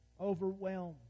overwhelmed